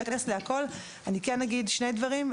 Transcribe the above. אני לא אכנס להכול אבל אגיד שני דברים.